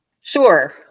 Sure